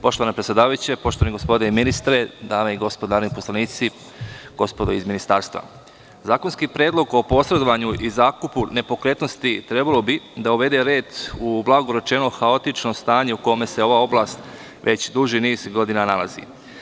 Poštovana predsedavajuća, poštovani gospodine ministre, dame i gospodo narodni poslanici, gospodo iz ministarstva, zakonski predlog o posredovanju i zakupu nepokretnosti trebalo bi da uvede red u blago rečeno haotično stanje u kome se ova oblast već duži niz godina nalazi.